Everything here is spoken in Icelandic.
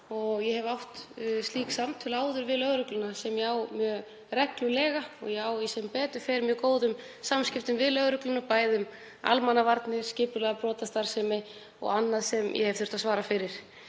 Ég hef átt slík samtöl áður við lögregluna og ég á þau mjög reglulega. Og ég á sem betur fer í mjög góðum samskiptum við lögregluna um almannavarnir, skipulagða brotastarfsemi og annað sem ég hef þurft að svara fyrir.